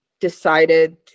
decided